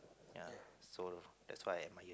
ya so that's why my